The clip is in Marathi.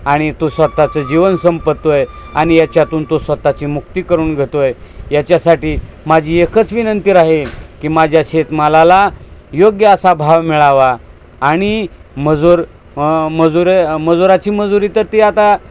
आणि तो स्वतःचं जीवन संपवतो आहे आणि याच्यातून तो स्वतःची मुक्ती करून घेतो आहे याच्यासाठी माझी एकच विनंंती आहे की माझ्या शेतमालाला योग्य असा भाव मिळावा आणि मजूर मजुरी मजुराची मजुरी तर ती आता